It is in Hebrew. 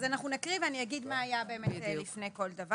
נקריא ואני אומר מה היה לפני כן.